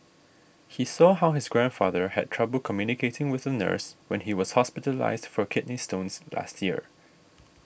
he saw how his grandfather had trouble communicating with a nurse when he was hospitalised for kidney stones last year